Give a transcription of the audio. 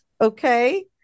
Okay